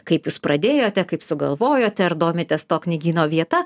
kaip jūs pradėjote kaip sugalvojote ar domitės to knygyno vieta